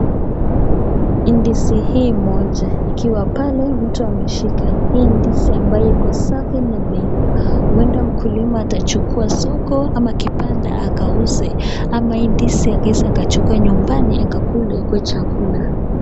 Ndizi hii moja ikiwa pale mtu ameshika. Hii ndizi ambayo iko safi na imeiva, huenda mkulima atachukua soko ama kibanda akauze, ama hii ndizi akaeze akachukua nyumbani akakule ikuwe chakula.